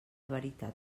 veritat